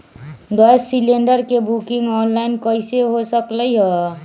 Gas cylinder के booking online कईसे हो सकलई ह?